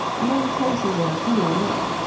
and only traces of a few remain.